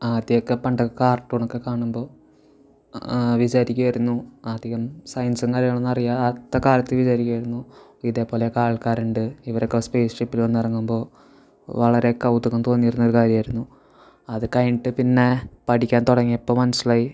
ആദ്യമൊക്കെ പണ്ടൊക്കെ കാർട്ടൂണൊക്കെ കാണുമ്പോൾ വിചാരിക്കുമായിരുന്നു അധികം സയൻസും കാര്യങ്ങളൊന്നും അറിയാത്ത കാലത്ത് വിചാരിക്കുമായിരുന്നു ഇതേപോലെയൊക്കാൾക്കാരുണ്ട് ഇവരെയൊക്കെ സ്പേസ് ഷിപ്പിൽ വന്നിറങ്ങുമ്പോൾ വളരെ കൗതുകം തോന്നിയിരുന്നൊരു കാര്യമായിരുന്നു അതു കഴിഞ്ഞിട്ട് പിന്നെ പഠിക്കാൻ തുടങ്ങിയപ്പോൾ മനസ്സിലായി